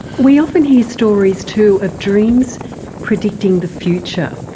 we often hear stories too of dreams predicting the future,